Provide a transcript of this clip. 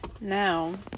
Now